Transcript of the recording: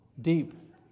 deep